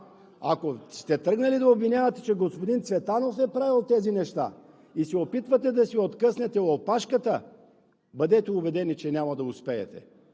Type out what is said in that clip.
ако сте тръгнали да обвинявате, че господин Цветанов е правил тези неща и се опитвате да си откъснете опашката, бъдете убедени, че няма да успеете.